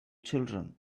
children